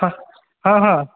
ହଁ ହଁ ହଁ